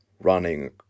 running